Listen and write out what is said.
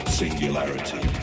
singularity